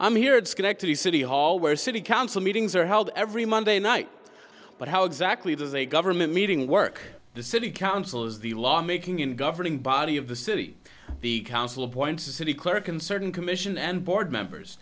i'm here at schenectady city hall where city council meetings are held every monday night but how exactly does a government meeting work the city council is the lawmaking and governing body of the city the council appoints the city clerk and certain commission and board members